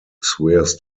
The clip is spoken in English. swears